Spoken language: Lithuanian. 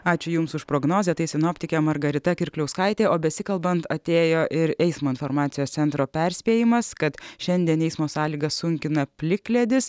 ačiū jums už prognozę tai sinoptikė margarita kirkliauskaitė o besikalbant atėjo ir eismo informacijos centro perspėjimas kad šiandien eismo sąlygas sunkina plikledis